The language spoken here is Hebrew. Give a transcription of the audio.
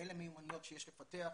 אלה מיומנויות שיש לפתח,